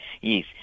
yes